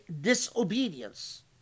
Disobedience